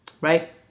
Right